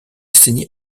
saigner